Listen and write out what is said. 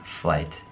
flight